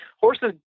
horses